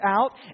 out